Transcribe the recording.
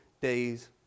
day's